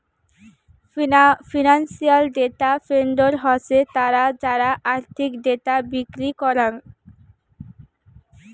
financial data vendor হসে তারা যারা আর্থিক ডেটা বিক্রি করাং